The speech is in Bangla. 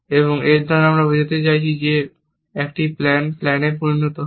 এবং এর দ্বারা আমরা বলতে চাইছি যে একটি প্ল্যান প্ল্যানে পরিণত হয়